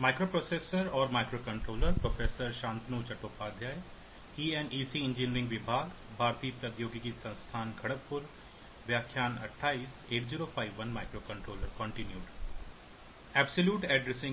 absolute addressing